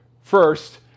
first